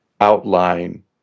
outline